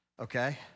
okay